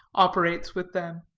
operates with them.